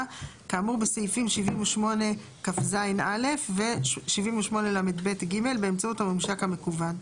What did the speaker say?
כאמור בסעיפים 78כז(א) ו-78לב(ג) באמצעות הממשק המקוון.